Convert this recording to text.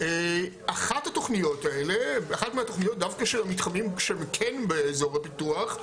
אחת מהתוכניות דווקא של המתחמים שהם כן באזור הפיתוח,